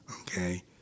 Okay